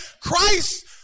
Christ